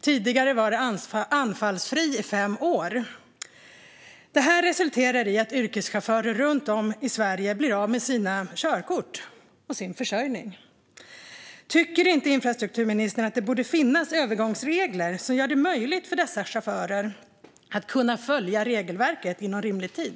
Tidigare var det anfallsfri i fem år som gällde. Det här resulterar i att yrkeschaufförer runt om i Sverige blir av med sina körkort och sin försörjning. Tycker inte infrastrukturministern att det borde finnas övergångsregler som gör det möjligt för dessa chaufförer att kunna följa regelverket inom rimlig tid?